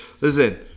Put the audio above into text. Listen